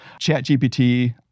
ChatGPT